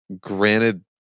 Granted